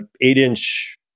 eight-inch